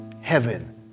heaven